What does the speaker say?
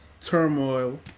turmoil